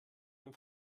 dem